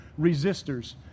resistors